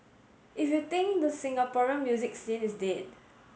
if you think the Singaporean music scene is dead